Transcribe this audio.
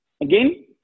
again